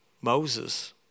Moses